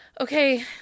Okay